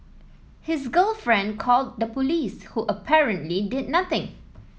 his girlfriend called the police who apparently did nothing